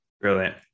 Brilliant